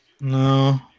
No